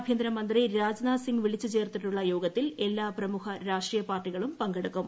ആഭ്യന്തര മന്ത്രി രാജ് നാഥ് സിംഗ് വിളിച്ചു ചേർത്തിട്ടുള്ള യോഗത്തിൽ എല്ലാ പ്രമുഖ രാഷ്ട്രീയ പാർട്ടികളും പങ്കെടുക്കും